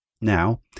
Now